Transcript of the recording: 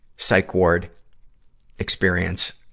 psych ward experience,